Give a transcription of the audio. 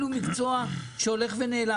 מקצוע שהולך ונעלם.